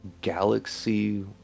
galaxy